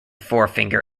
forefinger